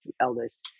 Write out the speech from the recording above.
eldest